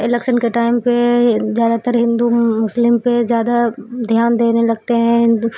election کے time پہ زیادہ تر ہندو مسلم پہ زیادہ دھیان دینے لگتے ہیں ہندو